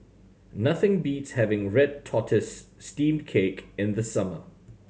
nothing beats having red tortoise steamed cake in the summer